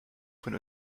von